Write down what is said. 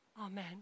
Amen